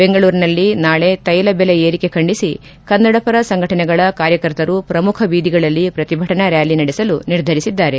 ಬೆಂಗಳೂರಿನಲ್ಲಿ ನಾಳೆ ತೈಲ ಬೆಲೆ ಏರಿಕೆ ಖಂಡಿಸಿ ಕನ್ನಡ ಪರ ಸಂಘಟನೆಗಳ ಕಾರ್ಯಕರ್ತರು ಪ್ರಮುಖ ಬೀದಿಗಳಲ್ಲಿ ಪ್ರತಿಭಟನಾ ರ್್ಯಾಲಿ ನಡೆಸಲು ನಿರ್ಧರಿಸಿದ್ದಾರೆ